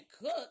cook